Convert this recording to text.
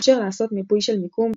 התאפשר לעשות מיפוי של מיקום,